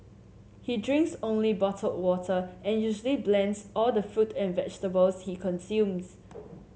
he drinks only bottled water and usually blends all the fruit and vegetables he consumes